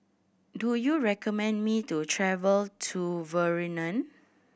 do you recommend me to travel to